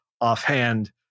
offhand